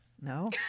No